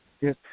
Yes